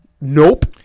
Nope